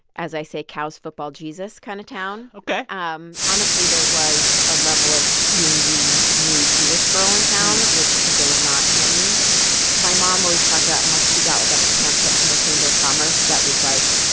as i say, cows, football, jesus kind of town ok um honestly, there was a level of being the new jewish girl in town, which because there were not many my mom always talked about how she got, like, a pamphlet from the chamber of commerce that was, like,